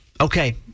Okay